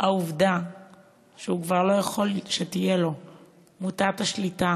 העובדה שהוא כבר לא יכול שתהיה לו מוטת השליטה